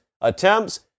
attempts